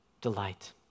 delight